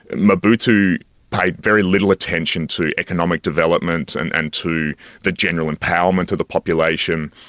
mobutu paid very little attention to economic development and and to the general empowerment of the population.